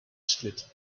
split